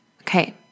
Okay